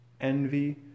envy